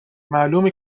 معلومه